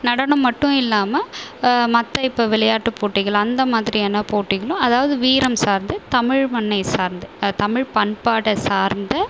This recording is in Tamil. நடனம் மட்டும் இல்லாமல் மற்ற இப்போ விளையாட்டு போட்டிகள் அந்த மாதிரியான போட்டிகளும் அதாவது வீரம் சார்ந்து தமிழ் மண்ணை சார்ந்து தமிழ் பண்பாட்டை சார்ந்து